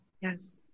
Yes